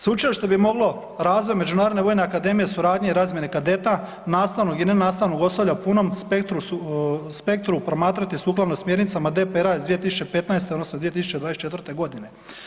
Sveučilište bi moglo razvoj međunarodne vojne akademije suradnje i razmjene kadeta nastavnog i nenastavnog osoblja punom spektru promatrati sukladno smjernicama …/nerazumljivo/… iz 2015. odnosno 2024. godine.